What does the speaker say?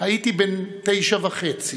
הייתי בן תשע וחצי.